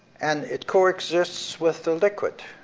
and it coexists with the liquid,